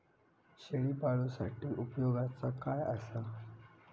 शेळीपाळूसाठी उपयोगाचा काय असा?